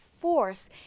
force